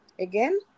again